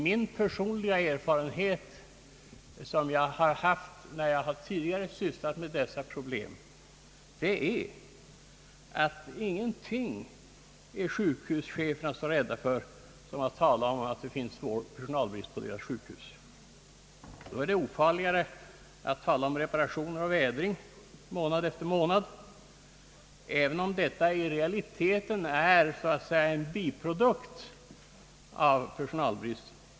Min personliga erfarenhet, som jag har fått när jag tidigare sysslat med dessa problem, är att det knappast finns någonting som sjukhuscheferna är så rädda för som att tala om att det finns svår personalbrist på deras sjukhus. Då är det ofarligare att tala om reparationer och vädring månad efter månad, även om detta i realiteten är så att säga en biprodukt till personalbristen.